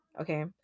okay